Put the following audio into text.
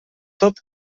tot